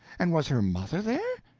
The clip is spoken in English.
and was her mother there?